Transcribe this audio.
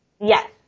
Yes